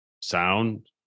sound